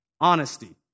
honesty